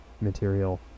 material